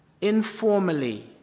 informally